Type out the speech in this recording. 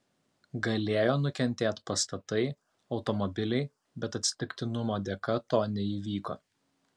galėjo nukentėt pastatai automobiliai bet atsitiktinumo dėka to neįvyko